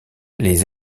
les